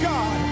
God